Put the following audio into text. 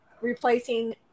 replacing